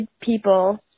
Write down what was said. people